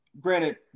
granted